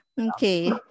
Okay